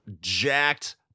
jacked